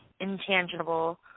intangible